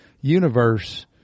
universe